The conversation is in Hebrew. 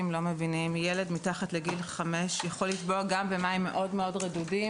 לא מבינים ילד מתחת לגיל 5 יכול לטבוע גם במים רדודים מאוד-מאוד.